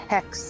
Hex